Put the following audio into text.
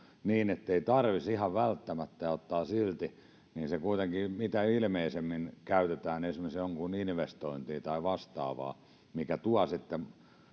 niin ettei tarvitsisi ihan välttämättä ja ottaa silti niin se kuitenkin mitä ilmeisimmin käytetään esimerkiksi johonkin investointiin tai vastaavaan mikä tuo sitten